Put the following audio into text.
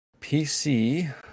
PC